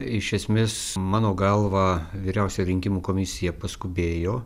iš esmės mano galva vyriausioji rinkimų komisija paskubėjo